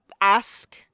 ask